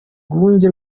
rwunge